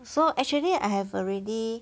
so actually I have already